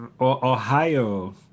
Ohio